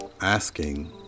asking